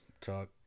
talk